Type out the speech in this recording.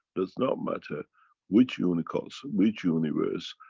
does not matter which unicos, which universe,